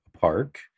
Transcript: park